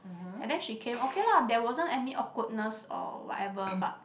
and then she came okay lah there wasn't any awkwardness or whatever but